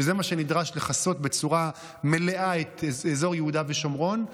שזה מה שנדרש לכסות בצורה מלאה את אזור יהודה ושומרון.